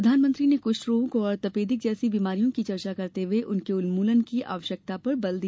प्रधानमंत्री ने कृष्ठ रोग और तपेदिक जैसी बीमारियों की चर्चा करते हुए उनके उन्मूलन की आवश्यकता पर बल दिया